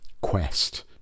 quest